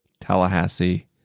Tallahassee